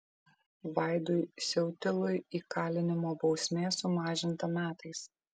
vaidui siautilui įkalinimo bausmė sumažinta metais